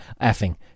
effing